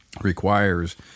requires